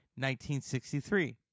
1963